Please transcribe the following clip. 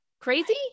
crazy